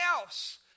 else